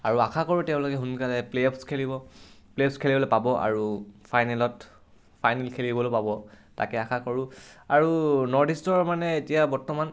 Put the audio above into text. আৰু আশা কৰোঁ তেওঁলোকে সোনকালে প্লেঅফছ খেলিব প্লেঅফছ খেলিবলৈ পাব আৰু ফাইনেলত ফাইনেল খেলিবলৈ পাব তাকে আশা কৰোঁ আৰু নৰ্থ ইষ্টৰ মানে এতিয়া বৰ্তমান